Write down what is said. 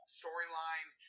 storyline